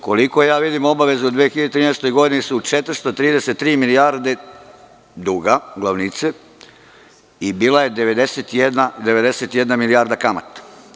Koliko vidim, obaveze u 2013. godini su 433 milijarde duga, glavnice, i bila je 91 milijarda kamate.